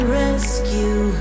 rescue